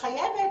מחייבת